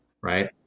right